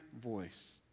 voice